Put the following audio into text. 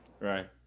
Right